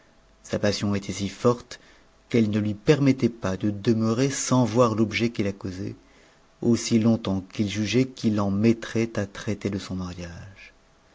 sa passion était si forte qu'elle ne lui permettait pas de demeurer sans voir l'objet qui la causait aussi longtemps qu'il jugeait qu'il en mettrait à traiter de son mariage